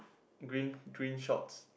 green green shorts